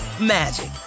magic